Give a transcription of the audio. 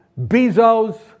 bezos